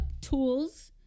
tools